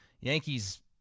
Yankees